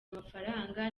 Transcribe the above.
amafaranga